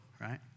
right